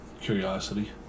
curiosity